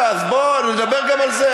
רגע, נדבר גם על זה.